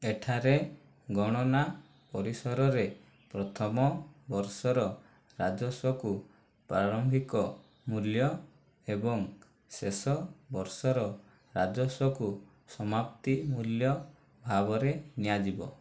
ଏଠାରେ ଗଣନା ପରିସରରେ ପ୍ରଥମ ବର୍ଷର ରାଜସ୍ୱକୁ ପ୍ରାରମ୍ଭିକ ମୂଲ୍ୟ ଏବଂ ଶେଷ ବର୍ଷର ରାଜସ୍ୱକୁ ସମାପ୍ତି ମୂଲ୍ୟ ଭାବରେ ନିଆଯିବ